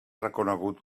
reconegut